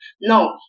No